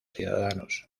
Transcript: ciudadanos